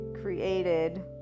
created